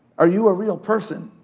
are you a real person?